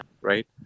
right